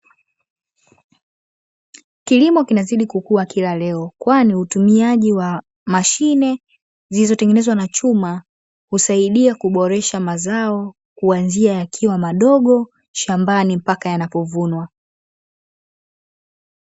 Kilimo kinazidi kukua kila leo, kwani hutumiaji wa mashine zilizotengenezwa kwa chuma husaidia kuboresha mazao, kuanzia yakiwa madogo shambani mpaka yanapovunwa.